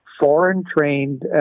foreign-trained